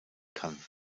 kann